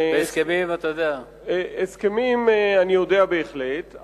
בהסכמים, אתה יודע, הסכמים, אני יודע בהחלט.